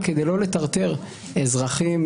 כדי לא לטרטר אזרחים,